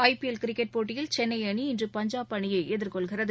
ஐ P L cricket போட்டியில் சென்னை அணி இன்று பஞ்சாப் அணியை எதிர்கொள்கிறது